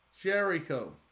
jericho